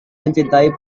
mencintai